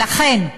ולכן,